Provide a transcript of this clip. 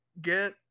get